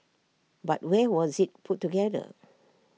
but where was IT put together